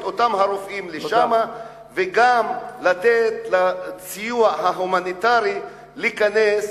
אותם הרופאים לשם וגם לתת לסיוע ההומינטרי להיכנס,